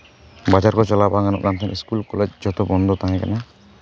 ᱵᱟᱡᱟᱨ ᱠᱚ ᱪᱟᱞᱟᱣ ᱵᱟᱝ ᱜᱟᱱᱚᱜ ᱠᱟᱱ ᱛᱟᱦᱮᱸᱫ ᱤᱥᱠᱩᱞ ᱠᱚᱞᱮᱡᱽ ᱡᱚᱛᱚ ᱵᱚᱱᱫᱚ ᱛᱟᱦᱮᱸ ᱠᱟᱱᱟ